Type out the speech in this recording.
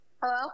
Hello